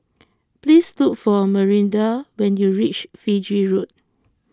please look for Marinda when you reach Fiji Road